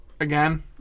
again